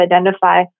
identify